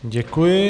Děkuji.